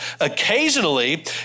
occasionally